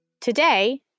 Today